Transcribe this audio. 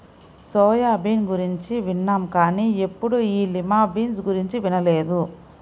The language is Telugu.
సోయా బీన్ గురించి విన్నాం కానీ ఎప్పుడూ ఈ లిమా బీన్స్ గురించి వినలేదు